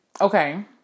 okay